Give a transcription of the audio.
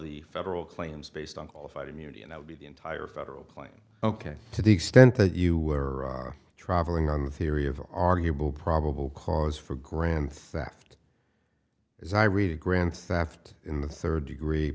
the federal claims based on qualified immunity and i would be the entire federal playing ok to the extent that you were travelling on the theory of arguable probable cause for grand theft as i read a grand theft in the third degree